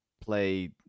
play